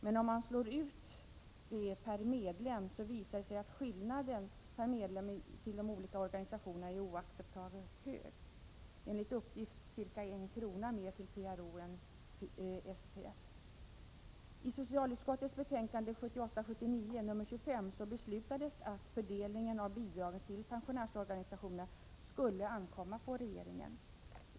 Men om man slår ut anslaget per medlem visar det sig att skillnaden mellan de olika organisationerna är oacceptabelt stor — enligt uppgift får PRO ca 1 krona mer per medlem än SPF. I enlighet med förslaget i socialutskottets betänkande 1978/79:25 beslutade riksdagen att fördelningen av bidragen till pensionärsorganisationerna skulle ankomma på regeringen.